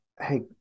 hey